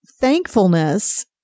thankfulness